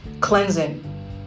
Cleansing